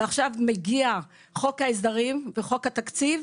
ועכשיו מגיע חוק ההסדרים וחוק התקציב,